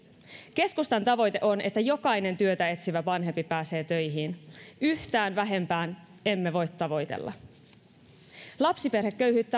keskustan tavoite on että jokainen työtä etsivä vanhempi pääsee töihin yhtään vähempää emme voi tavoitella lapsiperheköyhyyttä